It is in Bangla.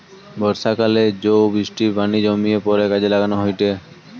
বর্ষাকালে জো বৃষ্টির পানি জমিয়ে পরে কাজে লাগানো হয়েটে